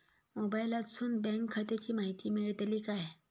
मोबाईलातसून बँक खात्याची माहिती मेळतली काय?